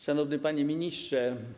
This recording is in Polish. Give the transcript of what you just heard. Szanowny Panie Ministrze!